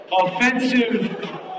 offensive